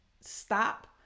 stop